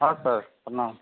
हँ सर प्रणाम